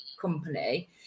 company